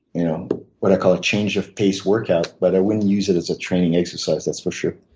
and what i call a change of pace workout but i wouldn't use it as a training exercise, that's for sure.